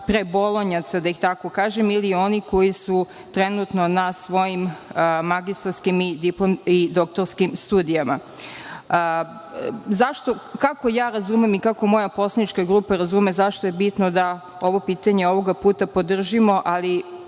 „prebolonjaca“, da tako kažem, ili onih koji su trenutno na svojim magistarskim i doktorskim studijima. Kako ja razumem i kako moja poslanička grupa razume zašto je bitno da ovo pitanje ovoga puta podržimo, ali,